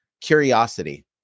curiosity